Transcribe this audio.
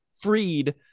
freed